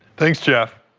thanks, jeff.